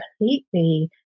completely